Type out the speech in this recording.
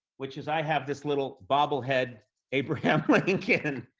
which is i have this little bobblehead abraham like lincoln.